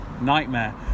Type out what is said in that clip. Nightmare